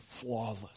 flawless